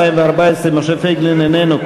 חבר הכנסת פייגלין, איננו.